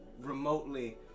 remotely